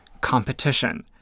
competition